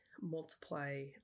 multiply